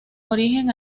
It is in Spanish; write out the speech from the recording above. origen